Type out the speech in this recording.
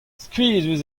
skuizhus